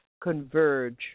converge